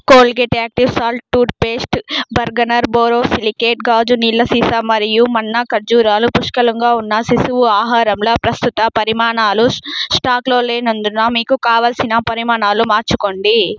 Colgate active salt toothpaste బర్గనర్ borosilicate గాజు నీళ్ళ సీసా మరియు మన్నా ఖర్జూరాలు పుష్కలంగా ఉన్న శిశువు ఆహారంలో ప్రస్తుత పరిమాణాలు స్టాకులో లేనందున మీకు కావలసిన పరిమాణాలు మార్చుకోండి